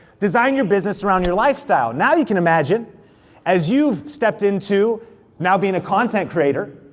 design your business around your lifestyle, now you can imagine as you've stepped into now being a content creator,